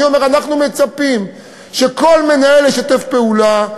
אני אומר: אנחנו מצפים שכל מנהל ישתף פעולה,